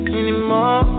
anymore